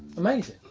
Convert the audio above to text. amazing.